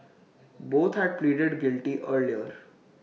both had pleaded guilty earlier